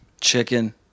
Chicken